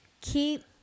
Keep